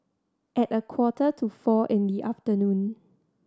at a quarter to four in the afternoon